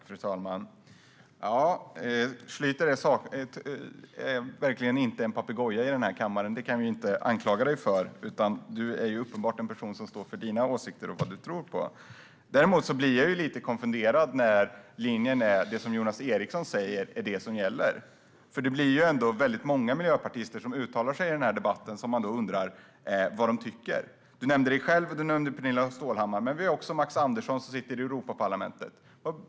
Fru talman! Schlyter kan verkligen inte anklagas för att vara en papegoja här i kammaren, utan du är uppenbart en person som står för dina åsikter och det du tror på. Jag blir dock lite konfunderad när linjen är att det som Jonas Eriksson säger är det som gäller. Man undrar då vad de många miljöpartister som uttalar sig i denna debatt tycker. Du nämnde dig själv och Pernilla Stålhammar, men vi har också Max Andersson, som sitter i Europaparlamentet.